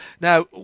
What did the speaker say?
Now